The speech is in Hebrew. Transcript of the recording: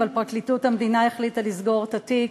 אבל פרקליטות המדינה החליטה לסגור את התיק